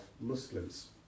Muslims